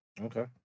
Okay